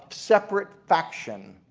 separate faction.